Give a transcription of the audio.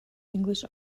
english